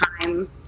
time